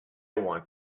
want